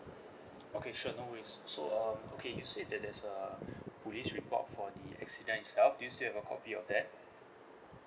okay sure no worries so um okay you said that there's a police report for the accident itself do you still have a copy of that